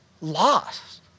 lost